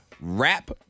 rap